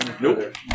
Nope